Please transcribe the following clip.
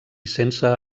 sense